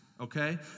okay